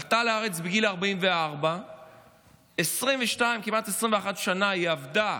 עלתה לארץ בגיל 44. כמעט 21 שנה היא עבדה.